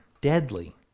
deadly